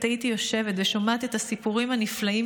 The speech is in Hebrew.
עת הייתי יושבת ושומעת את הסיפורים הנפלאים